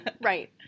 Right